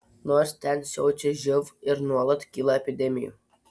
nors ten siaučia živ ir nuolat kyla epidemijų